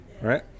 right